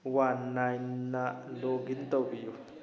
one ꯅꯥꯏꯟꯅ log in ꯇꯧꯕꯤꯌꯨ